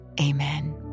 Amen